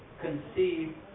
conceive